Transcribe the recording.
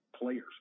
players